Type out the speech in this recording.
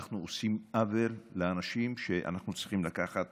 אנחנו עושים עוול לאנשים שאנחנו צריכים לקחת